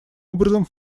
образом